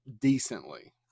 decently